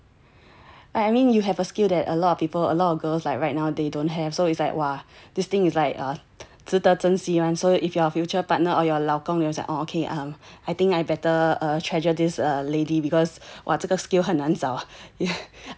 I mean you have a skill that a lot of people a lot girls like right now they don't have so it's like !wah! this thing is like a 值得珍惜 [one] so if your future partner or your 老公 um I think I better treasure this lady because !wah! 这个 skill 很难找